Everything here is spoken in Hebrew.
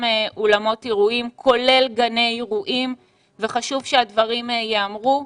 אולמות אירועים כולל גני אירועים וחשוב שהדברים ייאמרו.